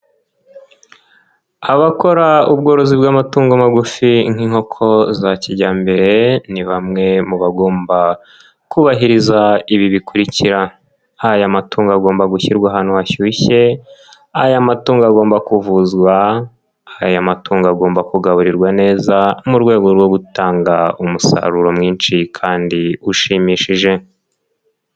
Abakora ubworozi bw'amatungo magufi nk'inkoko za kijyambere, ni bamwe mu bagomba kubahiriza ibi bikurikira, aya matungo agomba gushyirwa ahantu hashyushye, aya matungo agomba kuvuzwa, aya matungo agomba kugaburirwa neza, mu rwego rwo gutanga umusaruro mwinshi kandi ushimishije.